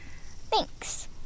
Thanks